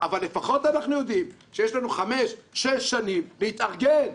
אבל לפחות אנחנו יודעים שיש לנו חמש-שש שנים להתארגן.